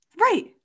right